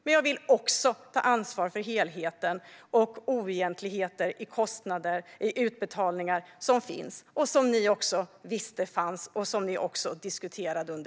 Men jag vill också ta ansvar för helheten och för de oegentligheter i utbetalningar som finns, som ni visste fanns under er tid och som ni också diskuterade.